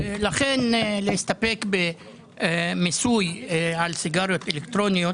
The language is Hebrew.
לכן להסתפק במיסוי על סיגריות אלקטרוניות